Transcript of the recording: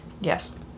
Yes